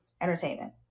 entertainment